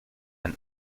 and